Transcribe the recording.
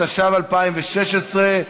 התשע"ו 2016,